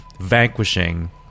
Vanquishing